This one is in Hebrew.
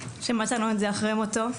שמצאנו את זה אחרי מותו.